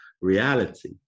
reality